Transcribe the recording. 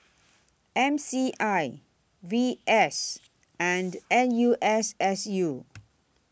M C I V S and N U S S U